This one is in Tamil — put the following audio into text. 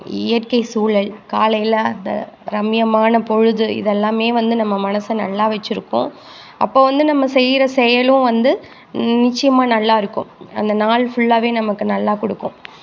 இயற்கை சூழல் காலையில் அந்த ரம்மியமான பொழுது இது எல்லாமே வந்து நம்ம மனதை நல்லா வச்சிருக்கும் அப்போது வந்து நம்ம செய்கிற செயலும் வந்து நிச்சயமாக நல்லா இருக்கும் அந்த நாள் ஃபுல்லாவே நமக்கு நல்லா கொடுக்கும்